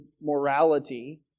morality